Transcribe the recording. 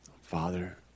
Father